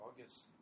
August